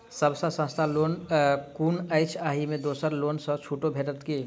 सब सँ सस्ता लोन कुन अछि अहि मे दोसर लोन सँ छुटो भेटत की?